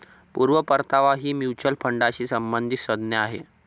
पूर्ण परतावा ही म्युच्युअल फंडाशी संबंधित संज्ञा आहे